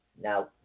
Now